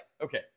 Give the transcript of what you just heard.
okay